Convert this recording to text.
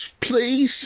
please